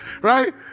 Right